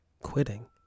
quitting